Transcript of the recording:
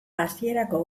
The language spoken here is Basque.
hasierako